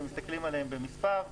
אם מסתכלים עליהם במספר.